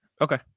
Okay